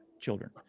children